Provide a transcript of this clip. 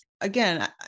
Again